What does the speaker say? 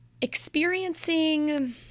experiencing